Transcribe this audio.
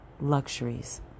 luxuries